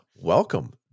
welcome